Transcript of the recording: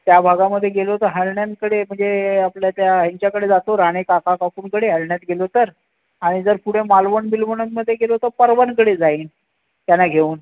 त्या भागामध्ये गेलो तर हर्ण्यांकडे म्हणजे आपल्या त्या ह्यांच्याकडे जातो राणे काका काकूंकडे हर्ण्यात गेलो तर आणि जर पुढे मालवण बिलवणमध्ये गेलो तर परबांकडे जाईल त्यांना घेऊन